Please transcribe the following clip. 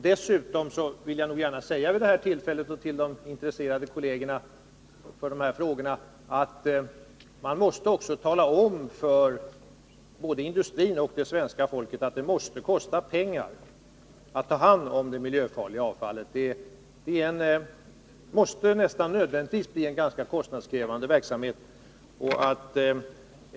Dessutom vill jag gärna vid det här tillfället säga till de kolleger som är intresserade av de här frågorna att man måste tala om för både industrin och det svenska folket att det måste kosta pengar att ta hand om det miljöfarliga avfallet. Det måste nästan nödvändigtvis bli en ganska kostnadskrävande verksamhet.